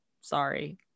sorry